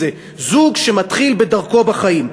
זה זוג שמתחיל את דרכו בחיים.